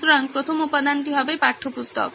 সুতরাং প্রথম উপাদানটি হবে পাঠ্যপুস্তক